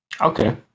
Okay